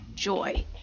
joy